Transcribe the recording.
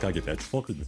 ką gi tai ačiū už pokalbį